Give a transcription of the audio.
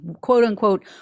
quote-unquote